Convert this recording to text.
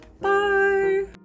Bye